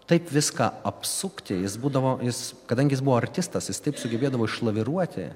taip viską apsukti jis būdavo jis kadangi jis buvo artistas jis taip sugebėdavo išlaviruoti